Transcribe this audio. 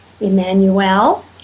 Emmanuel